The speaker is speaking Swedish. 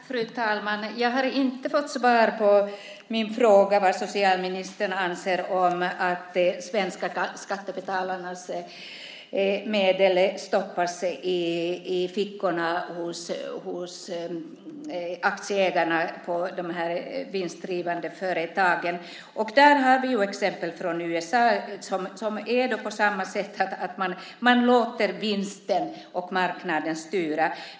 Fru talman! Jag har inte fått svar på min fråga om vad socialministern anser om att svenska skattebetalares medel hamnar i fickorna hos aktieägarna i de vinstdrivande företagen. Där har vi exempel från USA som visar att man låter vinsten och marknaden styra.